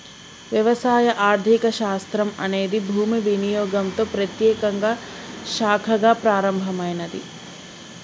వ్యవసాయ ఆర్థిక శాస్త్రం అనేది భూమి వినియోగంతో ప్రత్యేకంగా శాఖగా ప్రారంభమైనాది